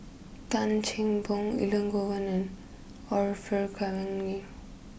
Tan Cheng Bock Elangovan and Orfeur Cavenagh